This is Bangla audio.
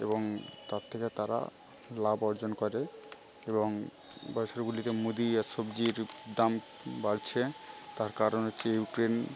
এবং তার থেকে তারা লাভ অর্জন করে এবং বাজারগুলিতে মুদি আর সবজির দাম বাড়ছে তার কারণ হচ্ছে ইউক্রেন